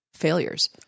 Failures